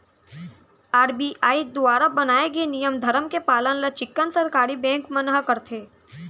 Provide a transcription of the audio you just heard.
RBI दुवारा बनाए गे नियम धरम के पालन ल चिक्कन सरकारी बेंक मन ह करथे